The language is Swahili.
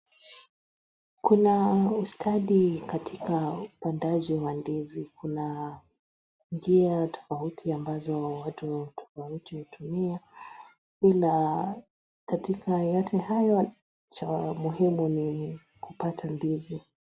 Kuna ustadi katika upandaji wa ndizi kuna njia tofauti ambazo watu tofauti hutumia ila katika yote hayo cha muhimu ni kupata ndizi.